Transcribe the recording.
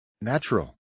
natural